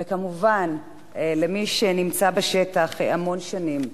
וכמובן, למי שנמצא בשטח המון שנים,